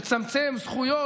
לצמצם זכויות,